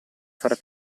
far